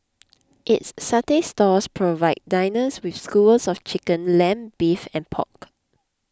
its satay stalls provide diners with skewers of chicken lamb beef and pork